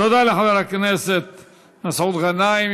תודה לחבר הכנסת מסעוד גנאים.